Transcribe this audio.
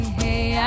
hey